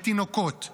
בתינוקות.